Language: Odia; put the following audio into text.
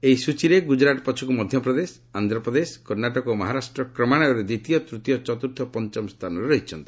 ଏହି ସୂଚୀରେ ଗୁଜରାଟ ପଛକୁ ମଧ୍ୟପ୍ରଦେଶ ଆନ୍ଧ୍ରପ୍ରଦେଶ କର୍ଣ୍ଣାଟକ ଓ ମହାରାଷ୍ଟ୍ର କ୍ରମାନ୍ୱୟରେ ଦ୍ୱିତୀୟ ଚତୁର୍ଥ ଓ ପଞ୍ଚମ ସ୍ଥାନରେ ରହିଚ୍ଚନ୍ତି